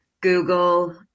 Google